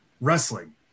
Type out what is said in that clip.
wrestling